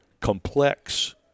complex